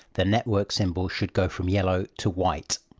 the network symbol should go from yellow to white.